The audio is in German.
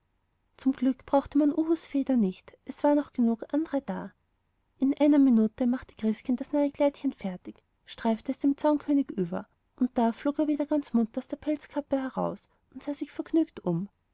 zum glück brauchte man uhus feder nicht es waren genug andre da in einer minute machte christkind das neue kleidchen fertig streifte es dem zaunkönig über und da flog er wieder ganz munter aus der pelzkappe heraus und sah sich vergnügt um